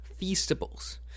Feastables